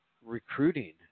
recruiting